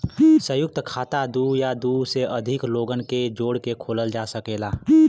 संयुक्त खाता दू या दू से अधिक लोगन के जोड़ के खोलल जा सकेला